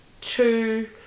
two